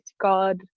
God